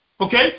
Okay